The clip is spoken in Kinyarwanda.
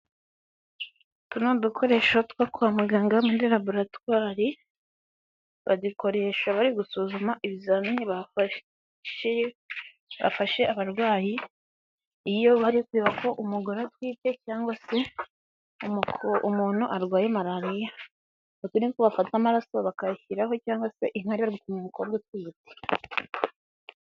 Utu ni udukoresho two kwa muganga muri laboratwari, bagikoresha bari gusuzuma ibizamini bafashe bafashe abarwayi iyo bari kureba ko umugore atwite cyangwa se umuntu arwaye malariya. Bafata amaraso bakayashyiraho cyangwa se inkari bari gusuzuma umukobwa utwite.